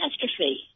catastrophe